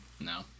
No